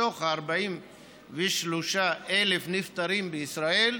מתוך 43,000 הנפטרים בישראל,